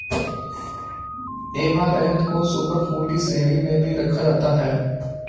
amaranth को super food की श्रेणी में भी रखा जाता है